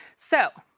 so,